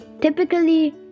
Typically